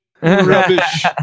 rubbish